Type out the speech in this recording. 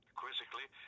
quizzically